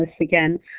again